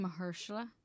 Mahershala